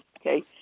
Okay